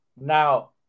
Now